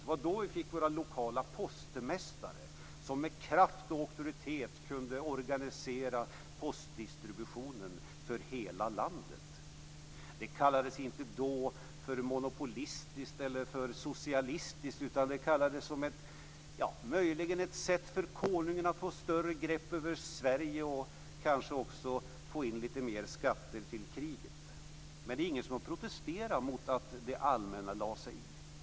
Det var då vi fick våra lokala postmästare som med kraft och auktoritet kunde organisera postdistributionen för hela landet. Det kallades inte då för monopolistiskt eller socialistiskt utan som möjligen ett sätt för konungen att få större grepp över Sverige och kanske också få in lite mer skatter till kriget. Det var ingen som protesterade mot att det allmänna lade sig i.